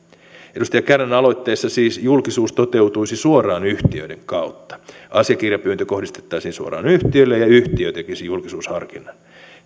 edustaja kärnän aloitteessa siis julkisuus toteutuisi suoraan yhtiöiden kautta asiakirjapyyntö kohdistettaisiin suoraan yhtiölle ja yhtiö tekisi julkisuusharkinnan